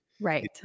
right